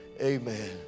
Amen